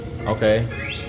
okay